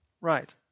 Right